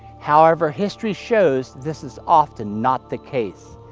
however history shows this is often not the case.